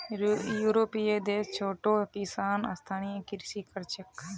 यूरोपीय देशत छोटो किसानो स्थायी कृषि कर छेक